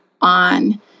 on